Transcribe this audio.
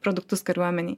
produktus kariuomenei